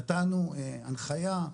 נתנו הנחיה,